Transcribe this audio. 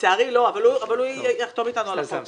לצערי לא, אבל הוא יחתום אתנו על החוק.